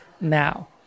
now